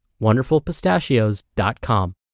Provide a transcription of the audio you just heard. wonderfulpistachios.com